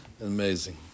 amazing